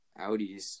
Audis